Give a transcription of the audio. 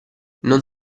non